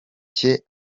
cye